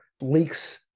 leaks